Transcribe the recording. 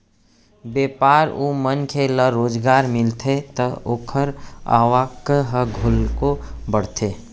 बेपार अउ मनखे ल रोजगार मिलथे त ओखर आवक ह घलोक बाड़थे